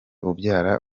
ubyara